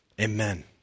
Amen